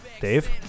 Dave